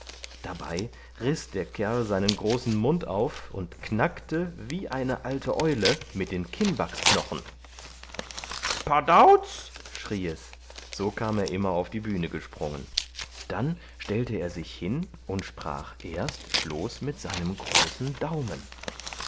dabei riß der kerl seinen großen mund auf und knackte wie eine alte eule mit den kinnbacksknochen pardauz schrie es so kam er immer auf die bühne gesprungen dann stellte er sich hin und sprach erst bloß mit seinem großen daumen